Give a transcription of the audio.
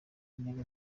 intego